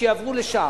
שיעברו לשם.